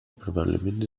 probablemente